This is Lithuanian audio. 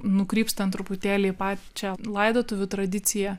nukrypstant truputėlį į pačią laidotuvių tradiciją